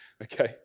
Okay